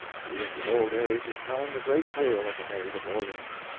who in his old age is telling the great tale of the maid of orleans.